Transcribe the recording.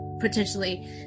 potentially